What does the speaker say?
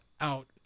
out